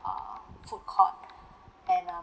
err food court and and um